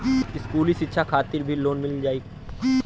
इस्कुली शिक्षा खातिर भी लोन मिल जाई?